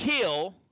kill